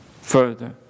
further